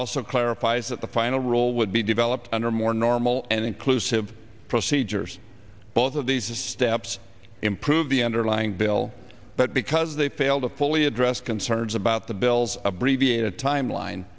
also clarifies that the final rule would be developed under more normal and inclusive procedures both of these steps improve the underlying bill but because they fail to fully address concerns about the bills abbreviated timeline